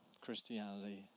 Christianity